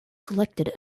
selected